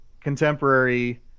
contemporary